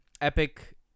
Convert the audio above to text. Epic